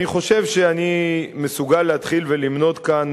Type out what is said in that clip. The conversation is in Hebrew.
אני חושב שאני מסוגל להתחיל למנות כאן